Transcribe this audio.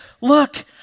look